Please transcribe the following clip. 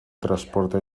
transporte